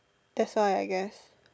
that's why I guess